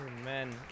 Amen